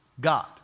God